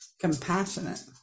compassionate